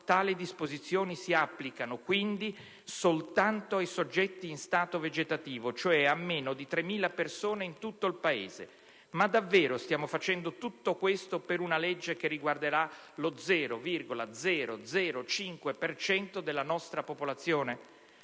tali disposizioni si applicano soltanto ai soggetti in stato vegetativo, cioè a meno di 3.000 persone in tutto il Paese. Ma davvero stiamo facendo tutto questo per una legge che riguarderà lo 0,005 per cento della nostra popolazione?